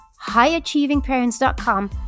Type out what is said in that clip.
HighAchievingParents.com